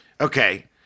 Okay